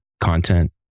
content